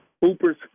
Hooper's